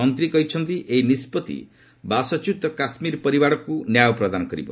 ମନ୍ତ୍ରୀ କହିଛନ୍ତି' ଏହି ନିଷ୍କଭି ବାସଚ୍ୟୁତ କାଶ୍ମିରୀ ପରିବାରଗୁଡିକୁ ନ୍ୟାୟ ପ୍ରଦାନ କରିବ